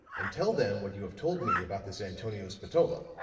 and tell them what you have told me about this antonio spatola.